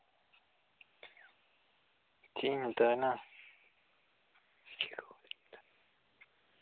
ᱪᱮᱫ ᱤᱧ ᱢᱮᱛᱟᱭᱟᱱᱟ